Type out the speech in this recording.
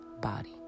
body